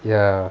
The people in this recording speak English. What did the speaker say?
ya